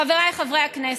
חבריי חברי הכנסת,